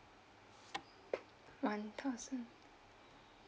one thousand